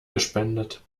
gespendet